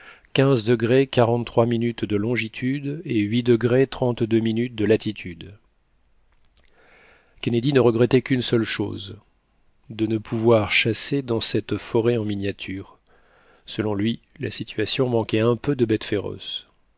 à de longitude et de latitude kennedy ne regrettait qu'une seule chose de ne pouvoir chasser dans cette forêt en miniature selon lui la situation manquait un peu de bêtes féroces